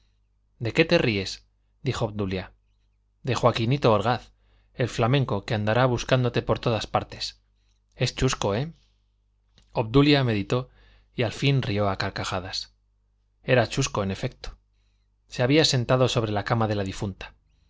de qué te ríes dijo obdulia de joaquinito orgaz el flamenco que andará buscándote por todas partes es chusco eh obdulia meditó y al fin rió a carcajadas era chusco en efecto se había sentado sobre la cama de la difunta